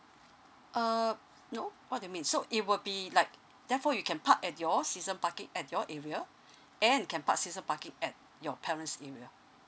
uh no what do you mean so it will be like therefore you can park at your season parking at your area and can park season parking at your parent's area